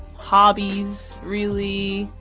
hobbies, really.